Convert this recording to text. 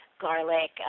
garlic